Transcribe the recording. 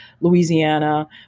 Louisiana